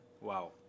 Wow